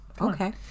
Okay